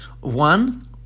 One